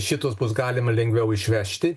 šitus bus galima lengviau išvežti